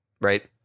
Right